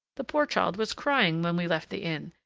the poor child was crying when we left the inn,